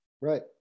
Right